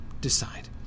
decide